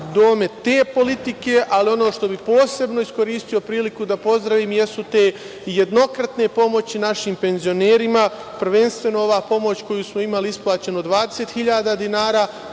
domet te politike. Ono što bih posebno iskoristio priliku da pozdravim, jesu te jednokratne pomoći našim penzionerima, prvenstveno ova pomoć koju smo imali isplaćeno od 20 hiljada